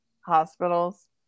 hospitals